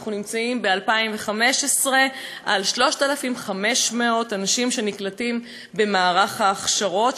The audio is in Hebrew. ב-2015 יש 3,500 אנשים שנקלטים במערך ההכשרות,